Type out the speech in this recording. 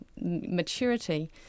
maturity